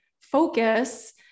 focus